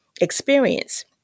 experience